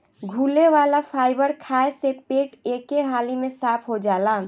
घुले वाला फाइबर खाए से पेट एके हाली में साफ़ हो जाला